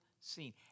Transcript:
scene